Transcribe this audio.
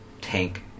tank